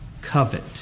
covet